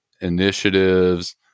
initiatives